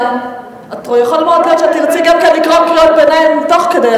יכול להיות שתרצי לקרוא קריאות ביניים תוך כדי,